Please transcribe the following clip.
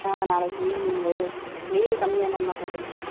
ஆ நாளைக்கு ஈவ்னிங் வெய்யில் கம்மியானவொடன்ன கொஞ்சம் போகலாம்